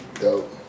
Dope